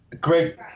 Greg